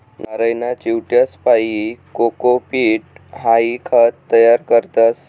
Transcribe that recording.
नारयना चिवट्यासपाईन कोकोपीट हाई खत तयार करतस